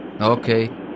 Okay